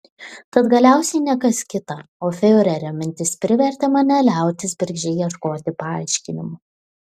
tad galiausiai ne kas kita o fiurerio mintis privertė mane liautis bergždžiai ieškoti paaiškinimų